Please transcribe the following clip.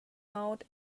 out